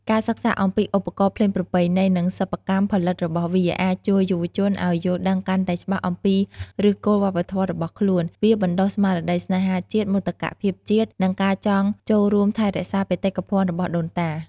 ការសិក្សាអំពីឧបករណ៍ភ្លេងប្រពៃណី និងសិប្បកម្មផលិតរបស់វា អាចជួយយុវជនឱ្យយល់ដឹងកាន់តែច្បាស់អំពីឫសគល់វប្បធម៌របស់ខ្លួន វាបណ្តុះស្មារតីស្នេហាជាតិ មោទកភាពជាតិ និងការចង់ចូលរួមថែរក្សាបេតិកភណ្ឌរបស់ដូនតា។